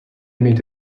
meet